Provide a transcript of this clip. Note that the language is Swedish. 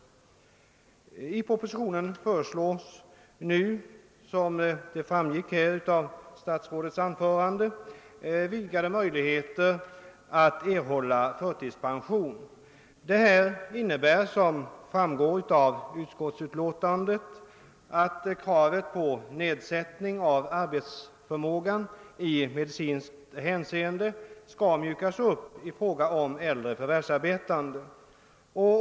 I propositionen föreslås — som statsrådet nyss framhöll i sitt anförande — vidgade möjligheter att erhålla förtidspension. Detta innebär, vilket även framgår av utskottsutlåtandet, att kravet på nedsättning av arbetsförmågan i medicinskt hänseende skall mjukas upp i fråga om äldre förvärvsarbetande.